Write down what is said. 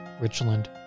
Richland